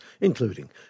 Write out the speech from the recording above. including